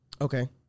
Okay